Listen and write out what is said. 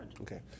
Okay